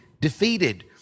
defeated